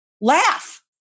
laugh